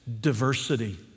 diversity